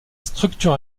structure